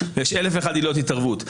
יש אלף ואחת עילות התערבות.